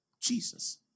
Jesus